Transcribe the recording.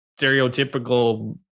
stereotypical